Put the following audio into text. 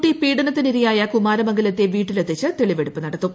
കുട്ടി പീഡനത്തിന് ഇരയായ കുമാരമംഗലത്തെ വീട്ടിലെത്തിച്ച് തെളിവെടുപ്പ് നടത്തും